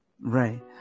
right